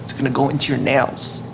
it's gonna go into your nails,